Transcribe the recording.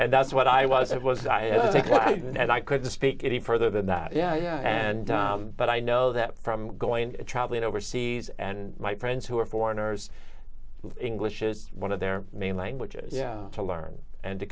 and that's what i was it was i had and i couldn't speak any further than that yeah and but i know that from going traveling overseas and my friends who are foreigners english is one of their main languages to learn and to